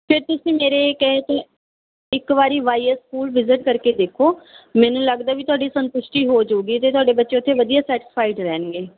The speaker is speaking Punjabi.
ਅਤੇ ਤੁਸੀਂ ਮੇਰੇ ਕਹੇ 'ਤੇ ਇੱਕ ਵਾਰ ਵਾਈ ਐਸ ਸਕੂਲ ਵਿਜਿਟ ਕਰਕੇ ਦੇਖੋ ਮੈਨੂੰ ਲੱਗਦਾ ਵੀ ਤੁਹਾਡੀ ਸੰਤੁਸ਼ਟੀ ਹੋ ਜਾਊਗੀ ਅਤੇ ਤੁਹਾਡੇ ਬੱਚੇ ਉੱਥੇ ਵਧੀਆ ਸੈਟਿਸਫਾਈਡ ਰਹਿਣਗੇ